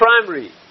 primary